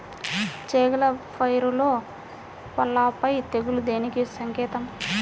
చేగల పైరులో పల్లాపై తెగులు దేనికి సంకేతం?